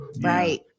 Right